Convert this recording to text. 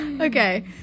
Okay